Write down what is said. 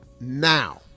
now